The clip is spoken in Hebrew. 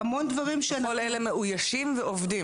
וכל אלה מאוישים ועובדים.